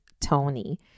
Tony